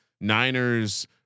Niners